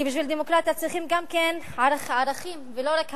כי בשביל דמוקרטיה צריכים גם ערכים, ולא רק הבנה.